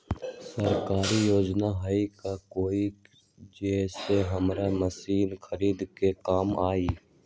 सरकारी योजना हई का कोइ जे से हमरा मशीन खरीदे में काम आई?